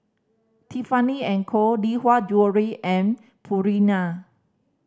Tiffany and Co Lee Hwa Jewellery and Purina